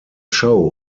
show